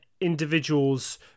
individuals